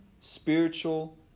spiritual